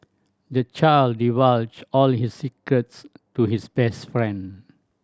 the child divulged all his secrets to his best friend